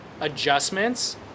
adjustments